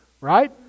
right